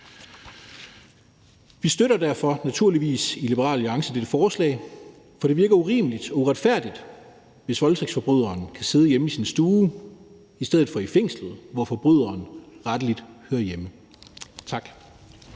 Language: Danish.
Vi støtter derfor naturligvis i Liberal Alliance dette forslag, for det virker urimeligt og uretfærdigt, hvis voldtægtsforbryderen kan sidde hjemme i sin stue i stedet for i fængslet, hvor forbryderen rettelig hører hjemme. Tak.